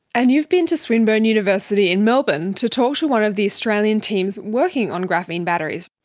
and you've been to swinburne university in melbourne to talk to one of the australian teams working on graphene batteries.